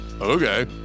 Okay